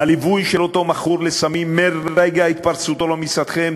הליווי של אותו מכור לסמים מרגע התפרצותו למשרדכם,